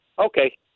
okay